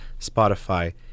Spotify